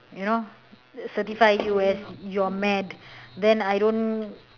you know certify you as you are mad then I don't